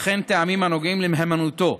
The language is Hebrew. וכן טעמים הנוגעים למהימנותו.